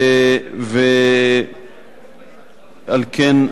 ועל כן,